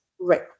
Right